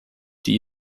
die